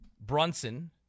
Brunson